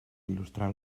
il·lustrar